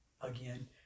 Again